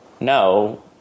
no